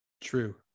true